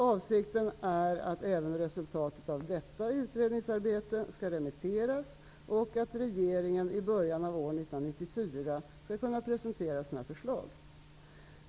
Avsikten är att även resultatet av detta utredningsarbete skall remitteras och att regeringen i början av år 1994 skall kunna presentera sina förslag.